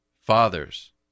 fathers